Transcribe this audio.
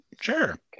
Sure